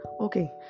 Okay